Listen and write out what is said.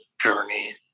journey